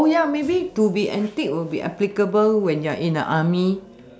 oh ya maybe to be antic will be applicable when you're in the army